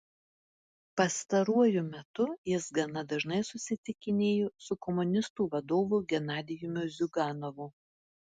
pastaruoju metu jis gana dažnai susitikinėjo su komunistų vadovu genadijumi ziuganovu